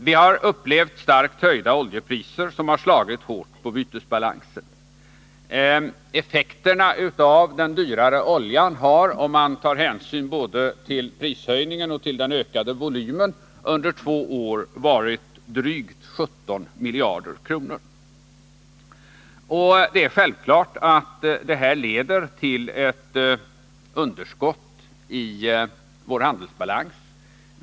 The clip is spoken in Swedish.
Vi har upplevt starkt höjda oljepriser, som slagit hårt på bytesbalansen. Effekterna av den dyrare oljan har, om man tar hänsyn till både prishöjningen och den ökade volymen, under två år varit drygt 17 miljarder kronor. Det är självklart att det här leder till ett underskott i vår handelsbalans.